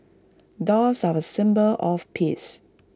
doves are A symbol of peace